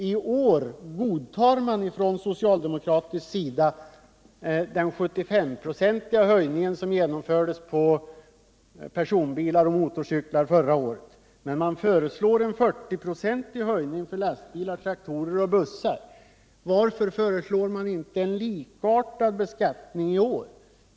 I år godtar man på socialdemokratiskt håll den 75-procentiga höjning som förra året genomfördes för personbilar och motorcyklar men föreslår en 40-procentig höjning för lastbilar, traktorer och bussar. Varför föreslår man inte en likartad beskattning över hela linjen i år?